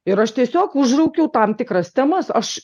ir aš tiesiog užraukiau tam tikras temas aš